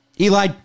Eli